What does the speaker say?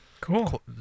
Cool